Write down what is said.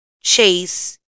Chase